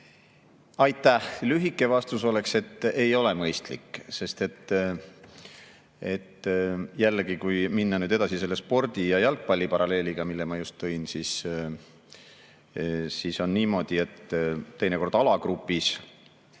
Aitäh! Lühike vastus oleks, et ei ole mõistlik. Jällegi, kui minna edasi selle spordi ja jalgpalli paralleeliga, mille ma just tõin, siis on niimoodi, et teinekord lastakse